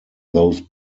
those